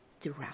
throughout